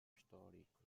histórico